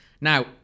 now